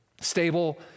Stable